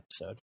episode